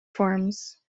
forms